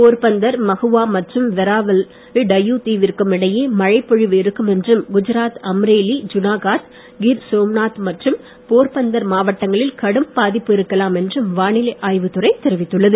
போர்பந்தர் மகுவா மற்றும் வெராவல் டையு தீவிற்கும் இடையே மழைப் பொழிவு இருக்கும் என்றும் குஜராத் அம்ரேலி ஜுனாகாத் கிர் சோம்நாத் மற்றும் போர்பந்தர் மாவடங்களில் கடும் பாதிப்பு இருக்கலாம் என்றும் வானிலை ஆய்வுத் துறை தெரிவித்துள்ளது